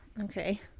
okay